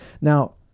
Now